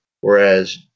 whereas